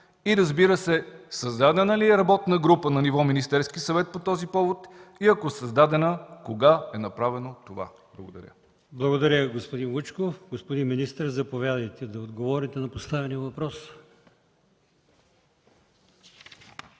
И, разбира се, създадена ли е работна група на ниво Министерски съвет по този повод и ако е създадена, кога е направено това? Благодаря. ПРЕДСЕДАТЕЛ АЛИОСМАН ИМАМОВ: Благодаря Ви, господин Вучков. Господин министър, заповядайте да отговорите на поставения въпрос.